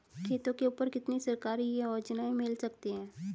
खेतों के ऊपर कितनी सरकारी योजनाएं मिल सकती हैं?